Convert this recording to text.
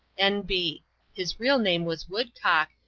n. b his real name was woodcock,